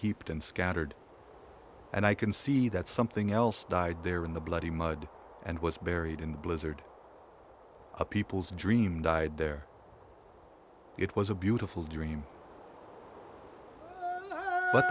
and scattered and i can see that something else died there in the bloody mud and was buried in a blizzard of people's dream died there it was a beautiful dream but